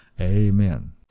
amen